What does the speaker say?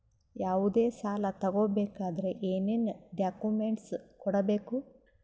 ಯಾವುದೇ ಸಾಲ ತಗೊ ಬೇಕಾದ್ರೆ ಏನೇನ್ ಡಾಕ್ಯೂಮೆಂಟ್ಸ್ ಕೊಡಬೇಕು?